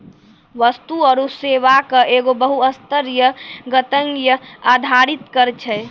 वस्तु आरु सेवा कर एगो बहु स्तरीय, गंतव्य आधारित कर छै